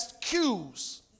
cues